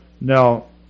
Now